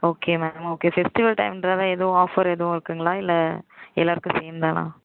okay ma'am okay festival டைமென்றதால எதுவும் offer எதுவும் இருக்குங்களா இல்லை எல்லாருக்கும் சேம் தானா